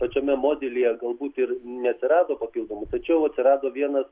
pačiame modelyje galbūt ir neatsirado papildomų tačiau atsirado vienas